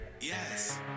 Yes